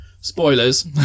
spoilers